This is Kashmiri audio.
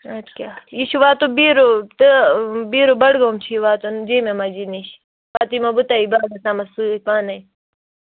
اَدٕ کیٛاہ یہِ چھُ واتُن بیٖروٗ تہٕ بیٖروٗ بَڈگوم چھُ یہِ واتُن جامعہِ مسجد نِش پَتہٕ یِمو بہٕ تۄہہِ باغَس تامَتھ سۭتۍ پانَے